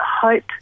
hope